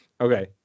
Okay